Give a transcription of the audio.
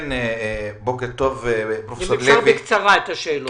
אם אפשר בקצרה, את השאלות.